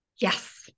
Yes